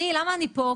למה אני פה?